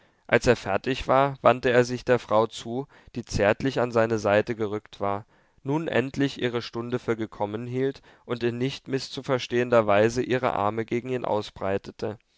als er fertig war wandte er sich der frau zu die zärtlich an seine seite gerückt war nun endlich ihre stunde für gekommen hielt und in nicht mißzuverstehender weise ihre arme gegen ihn ausbreitete